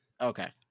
Okay